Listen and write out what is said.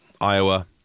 Iowa